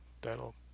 That'll